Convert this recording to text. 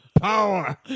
power